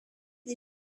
des